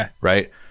right